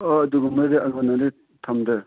ꯑꯣ ꯑꯗꯨꯒꯨꯝꯕꯗꯤ ꯑꯩꯉꯣꯟꯗꯗꯤ ꯊꯝꯗꯦ